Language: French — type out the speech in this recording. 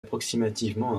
approximativement